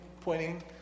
pointing